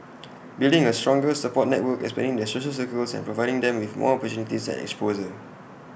building A stronger support network expanding their social circles and providing them with more opportunities and exposure